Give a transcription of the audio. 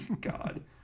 God